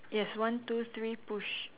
yes one two three push